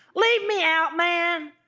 leave me out, man.